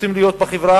רוצים להיות בחברה,